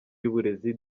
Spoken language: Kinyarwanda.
y’uburezi